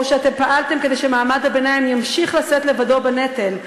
או כפי שאתם פעלתם כדי שמעמד הביניים ימשיך לשאת לבדו בנטל,